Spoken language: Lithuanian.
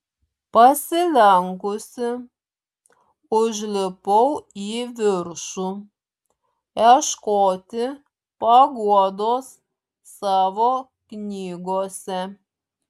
pasilenkusi užlipau į viršų ieškoti paguodos savo knygose